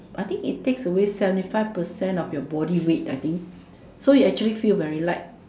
I think it takes away seventy five person of your body weight I think so you actually feel very light